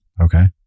Okay